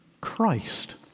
Christ